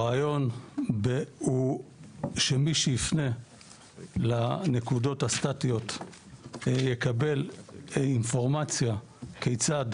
הרעיון שמישהו יפנה לנקודות הסטטיות יקבל אינפורמציה כיצד